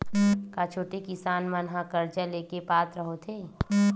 का छोटे किसान मन हा कर्जा ले के पात्र होथे?